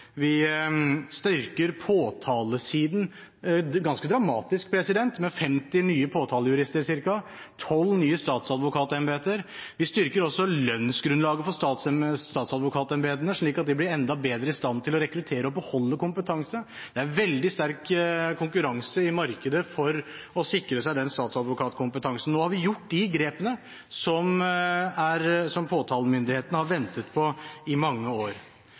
styrker påtalesiden ganske dramatisk, med ca. 50 nye påtalejurister og 12 nye statsadvokatembeter. Vi styrker også lønnsgrunnlaget for statsadvokatembetene, slik at de blir enda bedre i stand til å rekruttere og beholde kompetanse. Det er veldig sterk konkurranse i markedet for å sikre seg den statsadvokatkompetansen. Nå har vi gjort de grepene som påtalemyndigheten har ventet på i mange år.